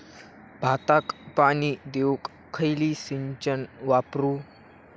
भाताक पाणी देऊक खयली सिंचन वापरू?